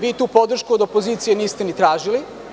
Vi tu podršku od opozicije niste ni tražili.